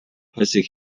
pussy